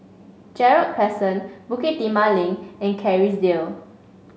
Gerald Crescent Bukit Timah Link and Kerrisdale